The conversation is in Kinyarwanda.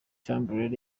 chamberlain